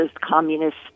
communist